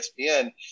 ESPN